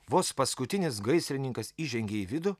vos paskutinis gaisrininkas įžengė į vidų